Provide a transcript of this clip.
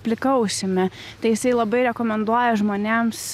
plika ausimi tai jisai labai rekomenduoja žmonėms